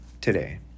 today